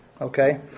Okay